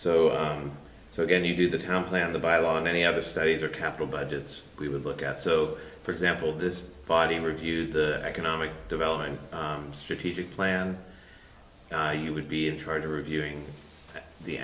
so so again you do the town plan the bylaw and any other studies or capital budgets we would look at so for example this body reviewed the economic development strategic plan you would be in charge of reviewing the